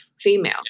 female